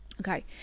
Okay